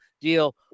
deal